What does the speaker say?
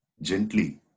Gently